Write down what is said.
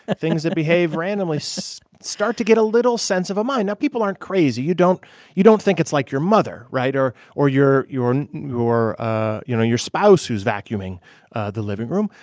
ah things that behave randomly so start to get a little sense of a mind now, people aren't crazy. you don't you don't think it's like your mother right? or or your your ah you know, your spouse who's vacuuming the living room.